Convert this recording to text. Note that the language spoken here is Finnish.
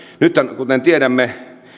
nythän kuten tiedämme